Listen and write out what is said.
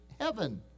heaven